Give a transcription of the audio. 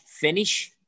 finish